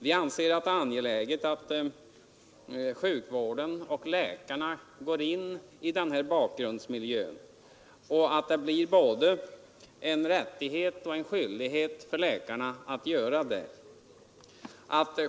Vi anser det angeläget att sjukvården och läkarna går in i den här bakgrundsmiljön och att det blir både en rättighet och en skyldighet för läkarna att göra det.